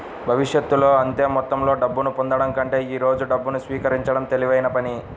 భవిష్యత్తులో అంతే మొత్తంలో డబ్బును పొందడం కంటే ఈ రోజు డబ్బును స్వీకరించడం తెలివైన పని